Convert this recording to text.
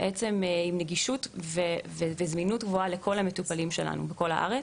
תאפשר זמינות ונגישות עבור כל המטופלים שלנו בכל הארץ.